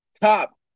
Top